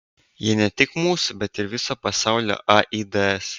jie ne tik mūsų bet ir viso pasaulio aids